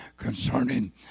concerning